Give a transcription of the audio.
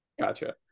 Gotcha